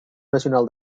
nacional